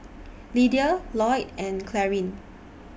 Lyda Lloyd and Clarine